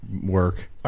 Work